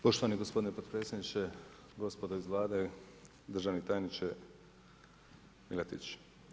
Poštovani gospodine potpredsjedniče, gospodo iz Vlade, državni tajniče Miletić.